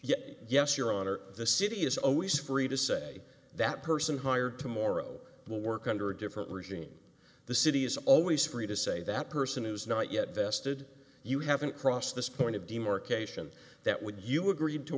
yes yes your honor the city is always free to say that person hired to morrow will work under a different regime the city is always free to say that person is not yet vested you haven't crossed this point of demarcation that would you agreed to